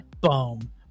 boom